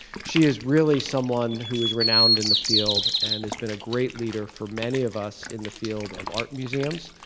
she is really someone who is renowned in the field and has been a great leader for many of us in the field of art museums.